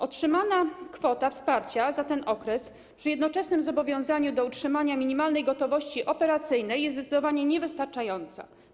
Otrzymana kwota wsparcia za ten okres przy jednoczesnym zobowiązaniu do utrzymania minimalnej gotowości operacyjnej jest zdecydowanie niewystarczająca.